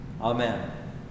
Amen